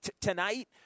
tonight